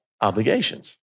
obligations